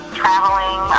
traveling